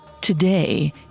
Today